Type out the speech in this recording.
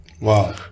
Wow